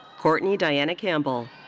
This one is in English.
courtney diana campbell.